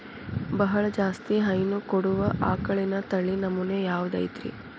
ಬಹಳ ಜಾಸ್ತಿ ಹೈನು ಕೊಡುವ ಆಕಳಿನ ತಳಿ ನಮೂನೆ ಯಾವ್ದ ಐತ್ರಿ?